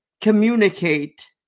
communicate